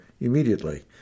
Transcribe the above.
immediately